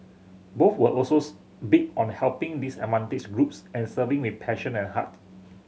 both were also big on helping disadvantaged groups and serving with passion and heart